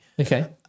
Okay